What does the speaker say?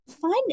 find